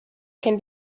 can